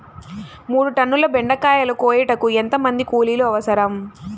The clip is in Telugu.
మూడు టన్నుల బెండకాయలు కోయుటకు ఎంత మంది కూలీలు అవసరం?